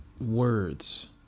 words